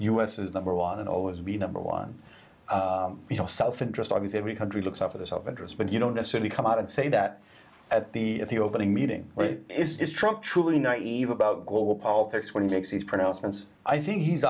is number one and always be number one you know self interest i mean every country looks out for their self interest but you don't necessarily come out and say that at the at the opening meeting is trump truly naive about global politics when he makes these pronouncements i think he's